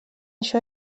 això